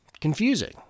confusing